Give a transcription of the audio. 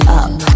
up